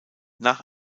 nach